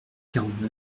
quarante